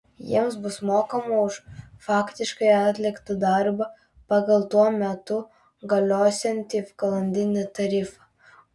jiems bus mokama už faktiškai atliktą darbą pagal tuo metu galiosiantį valandinį tarifą